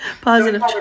Positive